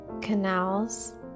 canals